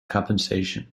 compensation